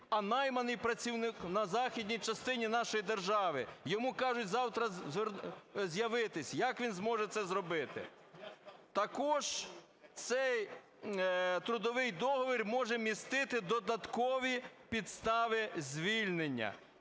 а найманий працівник на західній частині нашої держави. Йому кажуть завтра з'явитись, як він зможе це зробити? Також цей трудовий договір може містити додаткові підстави звільнення.